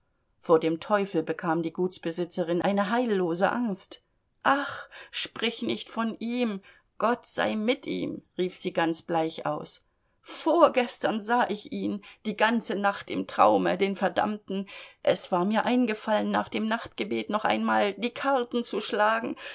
vor dem teufel bekam die gutsbesitzerin eine heillose angst ach sprich nicht von ihm gott sei mit ihm rief sie ganz bleich aus vorgestern sah ich ihn die ganze nacht im traume den verdammten es war mir eingefallen nach dem nachtgebet noch einmal die karten zu schlagen